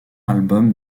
album